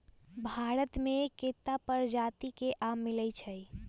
भारत मे केत्ता परजाति के आम मिलई छई